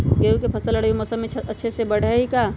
गेंहू के फ़सल रबी मौसम में अच्छे से बढ़ हई का?